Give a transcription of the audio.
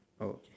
oh okay